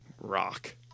rock